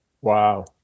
Wow